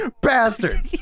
bastard